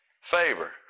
favor